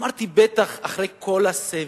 אמרתי: בטח אחרי כל הסבל,